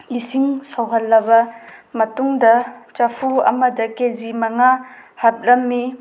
ꯏꯁꯤꯡ ꯁꯧꯍꯜꯂꯕ ꯃꯇꯨꯡꯗ ꯆꯐꯨ ꯑꯃꯗ ꯀꯦ ꯖꯤ ꯃꯉꯥ ꯍꯥꯞꯂꯝꯃꯤ